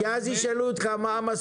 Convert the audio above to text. אז זהו.